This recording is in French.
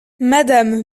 madame